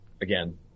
again